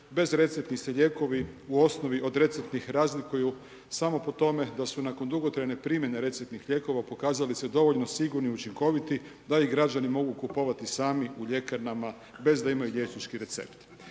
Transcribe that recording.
bezreceptni se lijekovi u osnovi od receptnih razlikuju samo po tome da su nakon dugotrajne primjene receptnih lijekova pokazali se dovoljno sigurni, učinkoviti da ih građani mogu kupovati sami u ljekarnama, bez da imaju liječnički recept.